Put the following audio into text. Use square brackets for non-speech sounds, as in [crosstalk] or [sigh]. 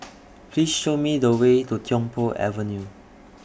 [noise] Please Show Me The Way to Tiong Poh Avenue